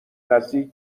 نزدیک